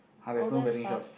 oh that's fast